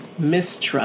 mistrust